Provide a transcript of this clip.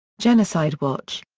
genocide watch.